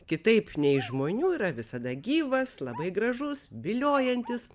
kitaip nei žmonių yra visada gyvas labai gražus viliojantis